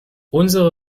unsere